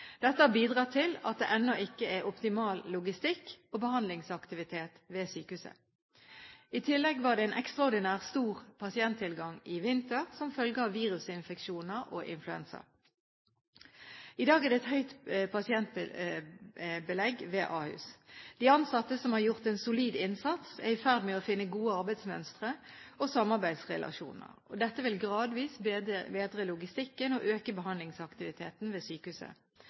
Dette har bidratt til at det ennå ikke er optimal logistikk og behandlingsaktivitet ved sykehuset. I tillegg var det en ekstraordinært stor pasienttilgang i vinter, som følge av virusinfeksjoner og influensa. I dag er det et høyt pasientbelegg ved Ahus. De ansatte, som har gjort en solid innsats, er i ferd med å finne gode arbeidsmønstre og samarbeidsrelasjoner. Dette vil gradvis bedre logistikken og øke behandlingsaktiviteten ved sykehuset.